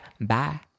Bye